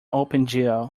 opengl